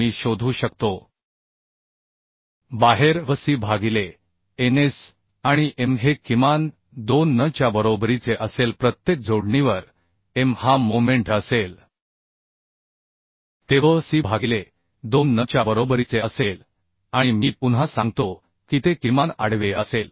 मी शोधू शकतो बाहेर V c भागिले Ns आणि M हे किमान च्या बरोबरीचे असेल प्रत्येक जोडणीवर M हा क्षण असेल ते V c भागिले 2 N च्या बरोबरीचे असेल आणि मी पुन्हा सांगतो की ते किमान आडवे असेल